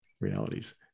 realities